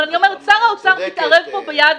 אבל אני אומרת ששר האוצר מתערב פה ביד